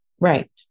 Right